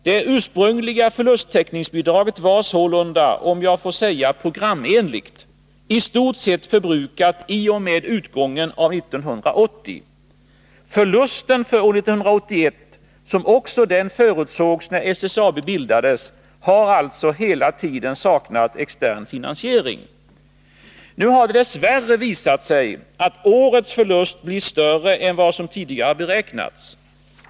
Det ursprungliga förlusttäckningsbidraget var sålunda — programenligt, om jag så får säga — i stort sett förbrukat i och med utgången av år 1980. Förlusten för år 1981 — som också den förutsågs när SSAB bildades — har alltså hela tiden saknat extern finansiering. Nu har det dess värre visat sig att årets förlust blir större än vad som tidigare beräknats.